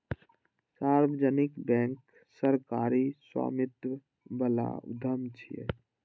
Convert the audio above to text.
सार्वजनिक बैंक सरकारी स्वामित्व बला उद्यम छियै